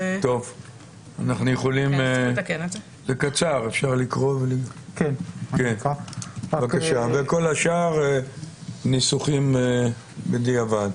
זה קצר, אפשר לקרוא, וכל השאר ניסוחים בדיעבד.